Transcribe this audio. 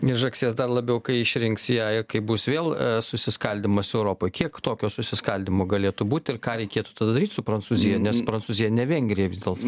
žagsės dar labiau kai išrinks ją ir kaip bus vėl susiskaldymas europoj kiek tokio susiskaldymo galėtų būt ir ką reikėtų tada daryt su prancūzija nes prancūzija ne vengrija vis dėlto